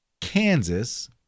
Kansas